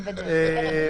כן.